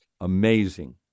Amazing